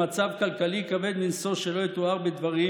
במצב כלכלי כבד מנשוא שלא יתואר בדברים,